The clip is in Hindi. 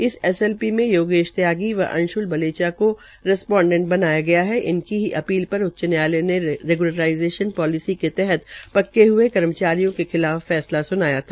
इस एसएपपी में योगेश त्यागी ने अंशुल बलेया को रसपोडेंट बनाया गया है इनकी ही अपील पर उच्च न्यायालय के रेग्लरलाईजेंशन पोलिसी के तहत पक्के ज्ए कर्मचारियों के खिलाफ स्नाया था